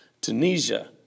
Tunisia